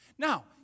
Now